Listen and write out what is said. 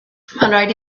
rhaid